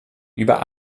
über